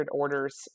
orders